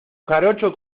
jarocho